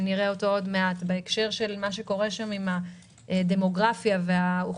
שנראה אותו עוד מעט בהקשר של מה שקורה שם עם הדמוגרפיה והאוכלוסיות,